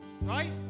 Right